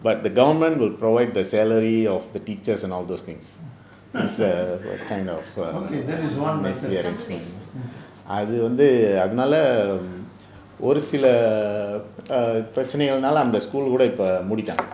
okay that is one method